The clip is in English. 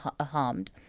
harmed